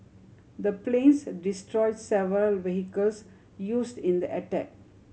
the planes destroy several vehicles used in the attack